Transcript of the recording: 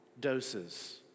doses